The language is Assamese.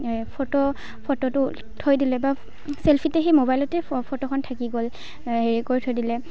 ফটো ফটোটো থৈ দিলে বা চেল্ফিতে সেই মবাইলতে সেই ফটোখন থাকি গ'ল হেৰি কৰি থৈ দিলে